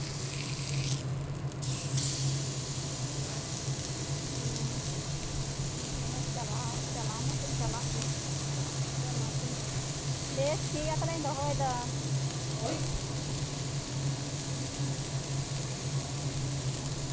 ᱦᱩᱸ ᱦᱮᱸ ᱵᱚᱞᱮ ᱪᱟᱞᱟᱣ ᱢᱟᱛᱚᱧ ᱪᱟᱞᱟᱜ ᱜᱮ ᱵᱮᱥ ᱴᱷᱤᱠ ᱜᱮᱭᱟ ᱛᱟᱞᱦᱮᱹᱧ ᱫᱚᱦᱚᱭᱫᱟ